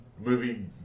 movie